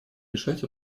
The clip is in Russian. решать